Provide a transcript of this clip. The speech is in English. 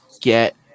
get